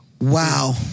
Wow